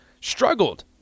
struggled